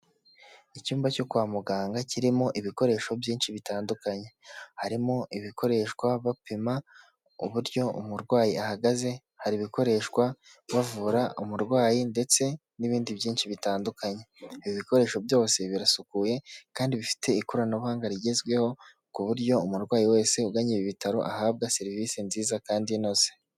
Icyumba cyo kwa muganga kirimo ibikoresho byinshi bitandukanye, harimo ibikoreshwa bapima uburyo umurwayi ahagaze, hari ibikoreshwa bavura umurwayi, ndetse n'ibindi byinshi bitandukanye. Ibi bikoresho byose birasukuye kandi bifite ikoranabuhanga rigezweho ku buryo umurwayi wese ugannye ibi bitaro ahabwa serivisi nziza kandi inoze.